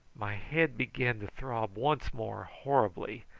my head began to throb once more horribly,